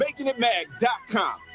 makingitmag.com